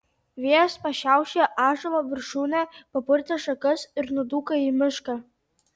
vėjas pašiaušė ąžuolo viršūnę papurtė šakas ir nudūko į mišką